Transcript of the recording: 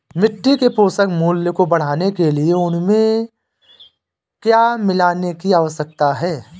मिट्टी के पोषक मूल्य को बढ़ाने के लिए उसमें क्या मिलाने की आवश्यकता है?